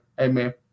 Amen